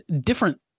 different